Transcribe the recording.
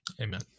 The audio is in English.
Amen